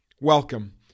Welcome